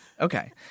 Okay